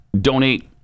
donate